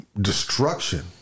destruction